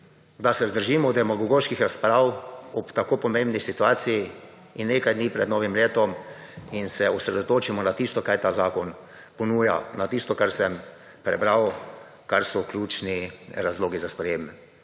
da se vzdržimo demagogoških razprav ob tako pomembni situaciji in nekaj dni pred novim letom in se osredotočimo na tisto kar ta zakon ponuja, na tisto kar sem prebral kar so ključni razlogi za sprejem